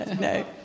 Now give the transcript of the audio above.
no